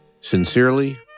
Sincerely